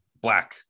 black